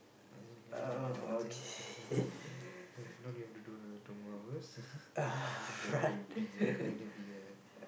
if not we have to do another two more hours and that will be uh going to be a